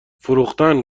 فروختن